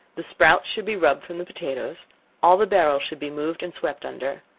the sprouts should be rubbed from the potatoes all the barrels should be moved and swept under.